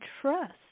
trust